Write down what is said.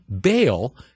bail